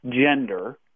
gender